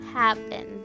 happen